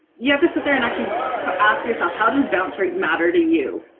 you have to sit there and actually ask yourself how does bounce rate matter to you?